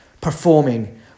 performing